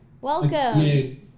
Welcome